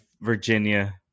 Virginia